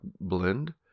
Blend